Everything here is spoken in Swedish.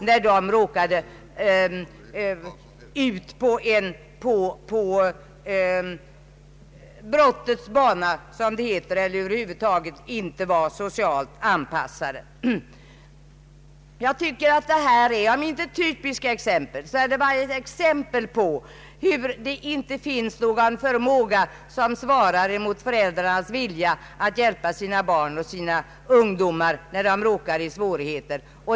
Det var som bekant föräldrar till barn som missbru kade narkotika och kanske därför hade kommit in på brottets bana som det heter eller var socialt missanpassade. Dessa båda exempel visar, tycker jag, att det ofta hos föräldrarna inte finns några kunskaper och någon förmåga att hjälpa barnen svarande mot deras vilja att hjälpa barnen när de råkat i svårigheter.